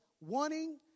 wanting